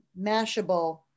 Mashable